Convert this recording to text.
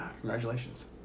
Congratulations